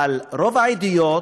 אבל רוב העדויות,